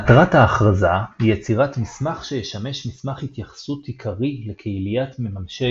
מטרת ההכרזה היא יצירת מסמך שישמש מסמך התייחסות עיקרי לקהיליית מממשי